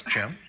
Jim